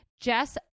Jess